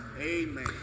Amen